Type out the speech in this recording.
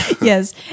Yes